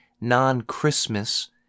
non-Christmas